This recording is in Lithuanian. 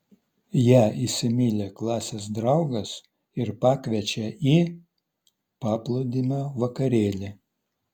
ją įsimyli klasės draugas ir pakviečia į paplūdimio vakarėlį